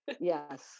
Yes